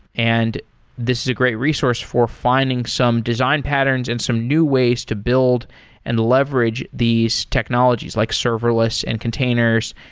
and this is a great resource for finding some design patterns and some new ways to build and leverage these technologies, like serverless, and containers,